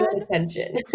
attention